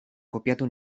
kopiatu